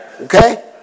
Okay